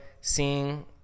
seeing –